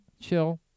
chill